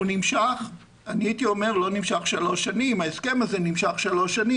ההסכם הזה נמשך שלוש שנים.